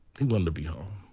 he wanted to be home,